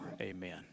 Amen